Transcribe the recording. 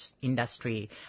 industry